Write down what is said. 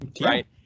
right